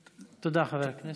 תודה, חבר הכנסת.